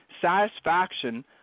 satisfaction